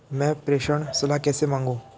मैं प्रेषण सलाह कैसे मांगूं?